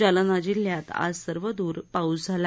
जालना जिल्ह्यात आज सर्वदूर पाऊस झाला